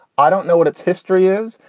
i don't know what its history is,